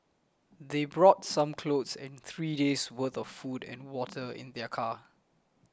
they brought some clothes and three days worth of food and water in their car